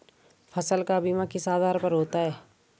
फसल का बीमा किस आधार पर होता है?